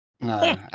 No